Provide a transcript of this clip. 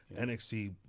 NXT